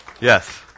Yes